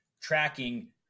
tracking